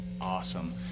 Awesome